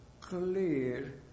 clear